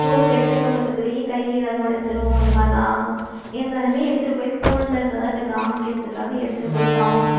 ஸ்கூல்க்கு எடுத்துட்டு போகிறத்துக்குள்ளயே கை எதாவது உடஞ்சிரும் அது மாதிரிலாம் ஆகும் இருந்தாலுமே எடுத்துட்டு போய் ஸ்கூல்ல சார்கிட்ட காமிக்கிறதுக்காக எடுத்துட்டு போய் காமிப்போம்